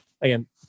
Again